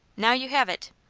now you have it!